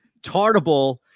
Tartable